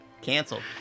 canceled